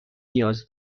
نیاز